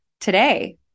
today